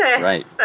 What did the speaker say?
Right